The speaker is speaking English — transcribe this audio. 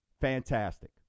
Fantastic